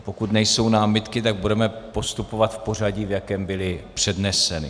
Pokud nejsou námitky, tak budeme postupovat v pořadí, v jakém byly předneseny.